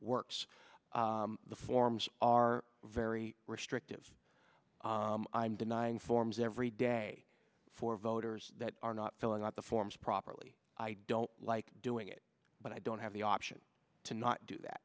works the forms are very restrictive i'm denying forms every day for voters that are not filling out the forms properly i don't like doing it but i don't have the option to not do that